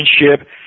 relationship